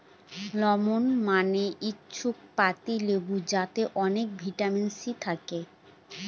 lemon মানে হচ্ছে পাতি লেবু যাতে অনেক ভিটামিন সি থাকে